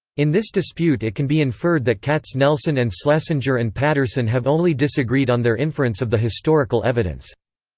in this dispute it can be inferred that katznelson and schlesinger and patterson have only disagreed on their inference of the historical evidence.